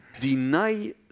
deny